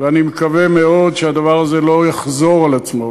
ואני מקווה מאוד שהדבר הזה לא יחזור על עצמו.